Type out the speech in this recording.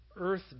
earth